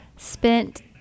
Spent